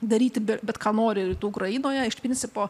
daryti bet ką nori rytų ukrainoje iš principo